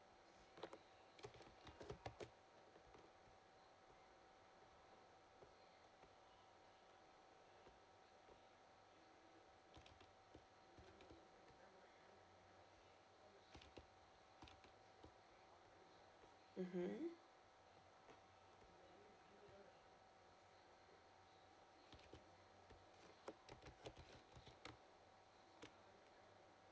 mmhmm